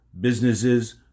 businesses